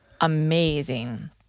Amazing